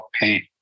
pain